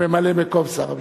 כממלא-מקום שר המשפטים.